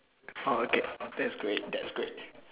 oh okay that's great that's great